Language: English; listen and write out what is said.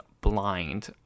blind